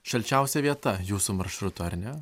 šalčiausia vieta jūsų maršruto ar ne